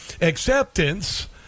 acceptance